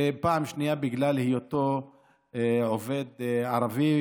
ופעם שנייה בגלל היותו עובד ערבי,